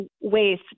ways